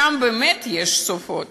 שם באמת יש סופות.